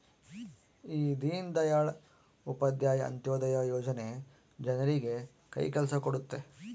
ಈ ದೀನ್ ದಯಾಳ್ ಉಪಾಧ್ಯಾಯ ಅಂತ್ಯೋದಯ ಯೋಜನೆ ಜನರಿಗೆ ಕೈ ಕೆಲ್ಸ ಕೊಡುತ್ತೆ